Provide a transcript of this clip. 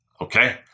okay